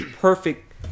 perfect